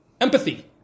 empathy